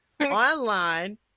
online